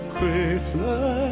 Christmas